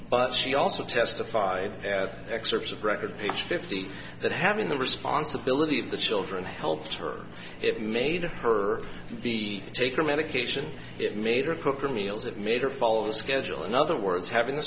but she also testified excerpts of record page fifty that having the responsibility of the children helped her it made her be taking medication it made her cooking meals it made her follow the schedule in other words having a